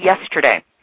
yesterday